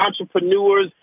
entrepreneurs